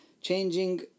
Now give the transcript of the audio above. changing